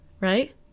Right